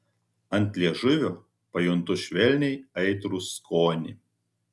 ant liežuvio pajuntu švelniai aitrų skonį